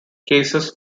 cases